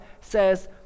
says